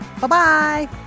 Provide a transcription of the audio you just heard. Bye-bye